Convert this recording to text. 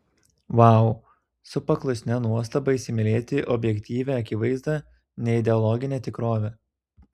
vau su paklusnia nuostaba įsimylėti objektyvią akivaizdą neideologinę tikrovę